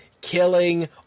killing